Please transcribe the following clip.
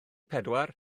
pedwar